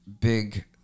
big